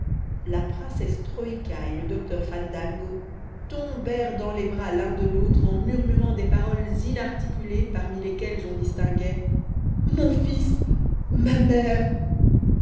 la princesse troïka et le docteur fandango tombèrent dans les bras l'un de l'autre en murmurant des paroles inarticulées parmi lesquelles on distinguait mon fils ma mère